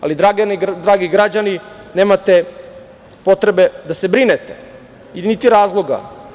Ali, dragi građani, nemate potrebe da se brinete, niti razloga.